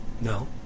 No